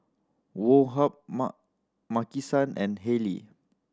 Woh Hup Mar Maki San and Haylee